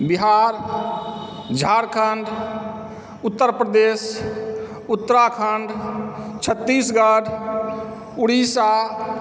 Bihar Jharkhand Uttar Pradesh Uttarakhand Chhattisgarh Orissa